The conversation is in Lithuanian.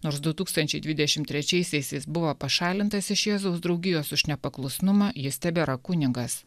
nors du tūkstančiai dvidešimt trečiaisiais jis buvo pašalintas iš jėzaus draugijos už nepaklusnumą jis tebėra kunigas